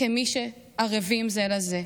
כמי שערבים זה לזה.